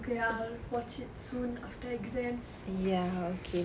okay I'll watch it soon after exams